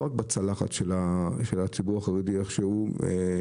לא רק בצלחת של הציבור החרדי איך שהוא מתנהל,